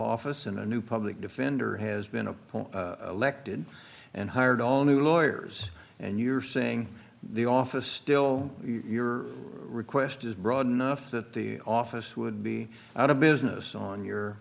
office in a new public defender has been a point lek did and hired all new lawyers and you're saying the office still your request is broad enough that the office would be out of business on your